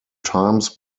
times